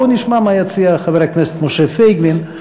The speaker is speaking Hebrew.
בואו נשמע מה יציע חבר הכנסת משה פייגלין.